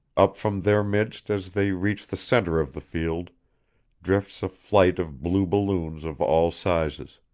up from their midst as they reach the centre of the field drifts a flight of blue balloons of all sizes.